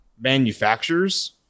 manufacturers